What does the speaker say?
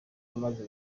amaze